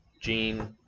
Gene